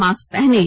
mask पहनें